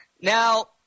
Now